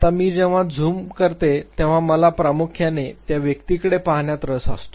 आता जेव्हा मी झूम करते तेव्हा मला प्रामुख्याने त्या व्यक्तीकडे पहात रस असतो